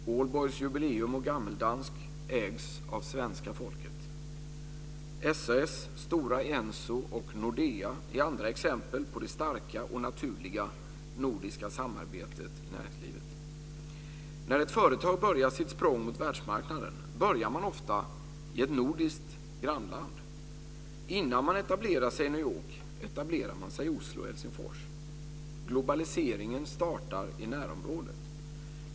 Aalborgs Jubileum och Gammeldansk ägs av svenska folket. SAS, Stora Enso och Nordea är andra exempel på det starka och naturliga nordiska samarbetet i näringslivet. När ett företag börjar sitt språng mot världsmarknaden börjar det ofta i ett nordiskt grannland. Innan man etablerar sig i New York, etablerar man sig i Oslo och Helsingfors. Globaliseringen startar i närområdet.